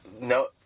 no